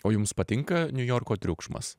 o jums patinka niujorko triukšmas